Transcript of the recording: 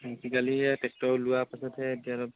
আজিকালি হে ট্ৰেক্টৰ ওলোৱাৰ পাছতহে এতিয়া অলপ